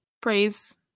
praise